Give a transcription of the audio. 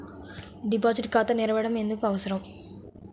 Deposit ఖాతా తెరవడం ఎందుకు అవసరం?